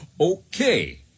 Okay